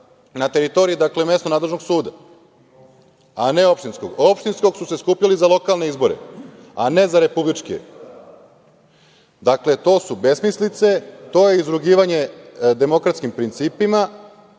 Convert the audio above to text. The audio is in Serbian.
na teritoriji mesno nadležnog suda, a ne opštinskog. Opštinskog su se skupljali za lokalne izbore, a ne za republičke. To su besmislice, to je izrugivanje demokratskim principima. Mi